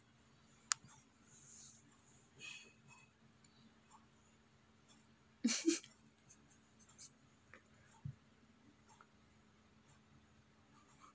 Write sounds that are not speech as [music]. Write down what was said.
[laughs]